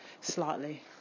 slightly